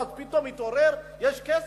אז הוא פתאום מתעורר ויש כסף?